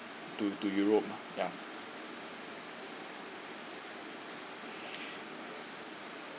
to to europe ya